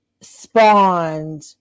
spawned